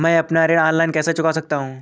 मैं अपना ऋण ऑनलाइन कैसे चुका सकता हूँ?